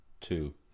two